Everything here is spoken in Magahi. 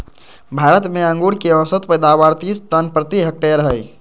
भारत में अंगूर के औसत पैदावार तीस टन प्रति हेक्टेयर हइ